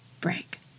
break